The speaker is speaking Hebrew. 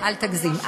אל תגזים.